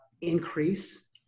increase